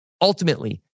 Ultimately